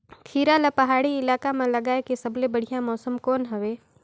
खीरा ला पहाड़ी इलाका मां लगाय के सबले बढ़िया मौसम कोन हवे?